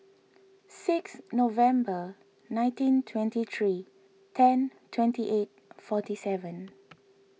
sixth November nineteen twenty three ten twenty eight forty seven